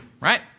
right